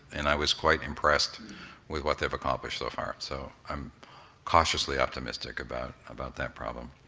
and i was quite impressed with what they've accomplished so far. um so i'm cautiously optimistic about about that problem.